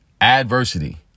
Adversity